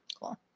Cool